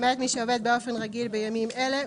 למעט מי שעובד באופן רגיל בימים אלה ,